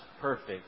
perfect